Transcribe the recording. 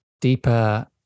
deeper